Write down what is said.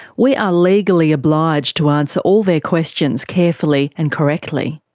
we're ah legally obliged to answer all their questions carefully and correctly.